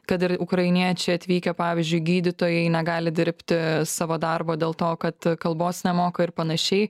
kad ir ukrainiečiai atvykę pavyzdžiui gydytojai negali dirbti savo darbo dėl to kad kalbos nemoka ir panašiai